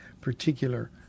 particular